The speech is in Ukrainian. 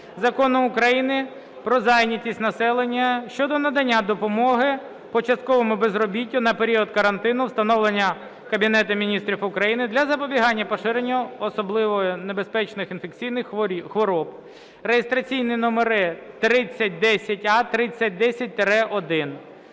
Закону України "Про зайнятість населення" щодо надання допомоги по частковому безробіттю на період карантину, встановленого Кабінетом Міністрів України для запобігання поширенню особливо небезпечних інфекційних хвороб (реєстраційні номери 3010-а, 3010-1).